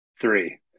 three